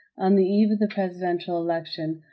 on the eve of the presidential election,